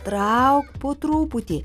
trauk po truputį